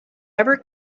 ever